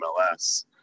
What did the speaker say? MLS